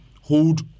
hold